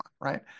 right